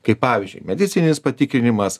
kaip pavyzdžiui medicininis patikrinimas